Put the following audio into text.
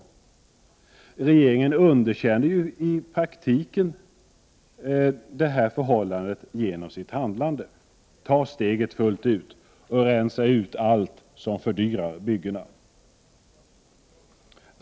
Regeringen underkänner ju i praktiken detta förhållande genom sitt handlande. Ta steget fullt ut och rensa ut allt som fördyrar byggena!